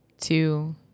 two